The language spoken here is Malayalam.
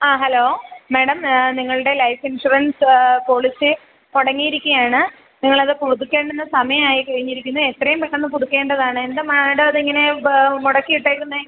ആ ഹലോ മേഡം നിങ്ങളുടെ ലൈഫ് ഇൻഷുറൻസ് പോളിസി മുടങ്ങിയിരിക്കുകയാണ് നിങ്ങളത് പുതുക്കേണ്ടുന്ന സമയമായിക്കഴിഞ്ഞിരിക്കുന്നു പിന്നെ എത്രയും പെട്ടെന്ന് പുതുക്കേണ്ടതാണ് എന്താ മേഡം അതിങ്ങനേ മുടക്കിയിട്ടിരിക്കുന്നത്